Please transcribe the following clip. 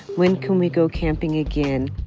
when can we go camping again?